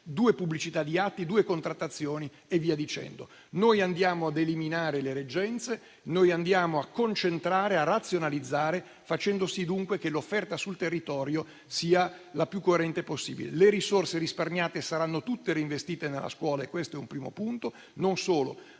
due pubblicità di atti, due contrattazioni, eccetera. Noi andiamo ad eliminare le reggenze, a concentrare e a razionalizzare, facendo sì dunque che l'offerta sul territorio sia la più coerente possibile. Le risorse risparmiate saranno tutte reinvestite nella scuola, e questo è un primo punto. Non solo: